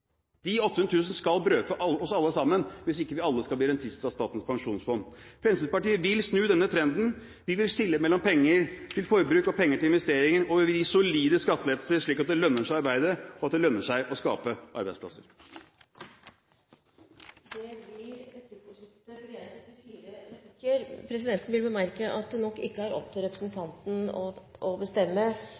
800 000 skal brødfø oss alle sammen hvis ikke vi alle skal bli rentenister i Statens pensjonsfond. Fremskrittspartiet vil snu denne trenden. Vi vil skille mellom penger til forbruk og penger til investeringer. Vi vil gi solide skattelettelser, slik at det lønner seg å arbeide, og at det lønner seg å skape arbeidsplasser. Det blir replikkordskifte. Presidenten vil bemerke at det nok ikke er opp til representanten å bestemme hva slags spørsmål han kommer til å